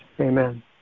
Amen